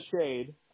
shade